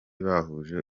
bahuje